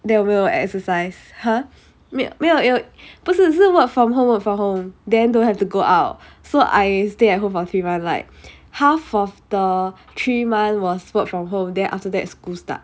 then 我没有 exercise !huh! 没没有有不是是 work from home work from home then don't have to go out so I stay at home for three month like half of the three month was worked from home then after that school start